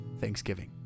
Thanksgiving